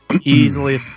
Easily